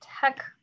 tech